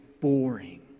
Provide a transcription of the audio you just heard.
boring